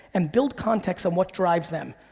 and build context on what drives them.